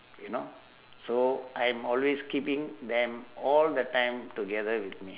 you know so I'm always keeping them all the time together with me